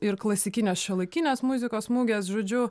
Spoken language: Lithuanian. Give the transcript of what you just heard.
ir klasikinės šiuolaikinės muzikos mugės žodžiu